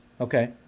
Okay